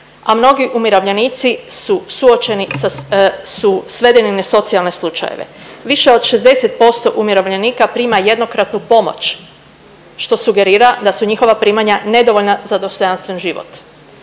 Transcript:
a mnogi umirovljenici su suočeni, su svedeni na socijalne slučajeve, više od 60% umirovljenika prima jednokratnu pomoć, što sugerira da su njihova primanja nedovoljna za dostojanstven život.